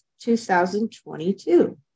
2022